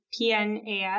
PNAS